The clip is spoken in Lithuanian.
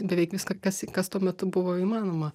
beveik viską kas kas tuo metu buvo įmanoma